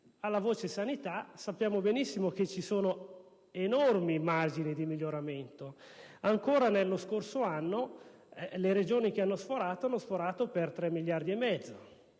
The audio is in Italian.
è la voce sanità, e sappiamo benissimo che ci sono enormi margini di miglioramento: lo scorso anno le Regioni che hanno sforato lo hanno fatto per 3 miliardi e mezzo.